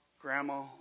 Grandma